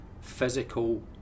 physical